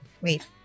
Wait